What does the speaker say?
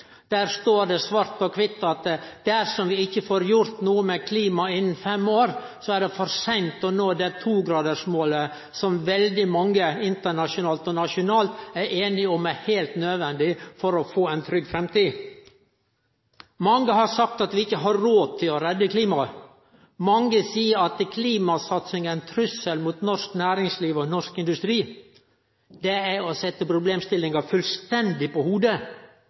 Der står det svart på kvitt at dersom vi ikkje får gjort noko med klimaet innan fem år, er det for seint å nå 2-gradersmålet som veldig mange internasjonalt og nasjonalt er einige om er heilt nødvendig for å få ei trygg framtid. Mange har sagt at vi ikkje har råd til å redde klimaet. Mange seier at klimasatsing er ein trussel mot norsk næringsliv og norsk industri. Det er å setje problemstillinga fullstendig på